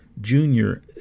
Junior